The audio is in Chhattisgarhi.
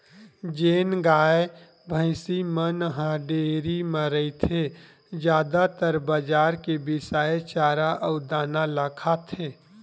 जेन गाय, भइसी मन ह डेयरी म रहिथे जादातर बजार के बिसाए चारा अउ दाना ल खाथे